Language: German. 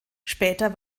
später